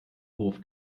hof